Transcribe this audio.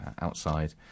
outside